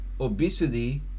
obesity